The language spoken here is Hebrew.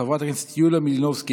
חברת הכנסת יוליה מלינובסקי,